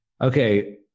Okay